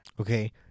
Okay